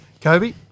Kobe